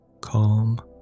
Calm